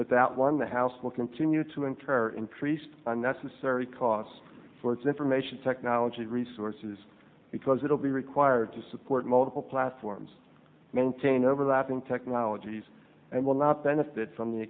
that one the house will continue to incur increased unnecessary costs for its information technology resources because it will be required to support multiple platforms maintain overlapping technologies and will not benefit from the